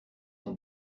son